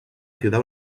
ciudad